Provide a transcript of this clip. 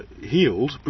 healed